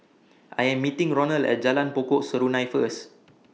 I Am meeting Ronal At Jalan Pokok Serunai First